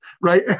right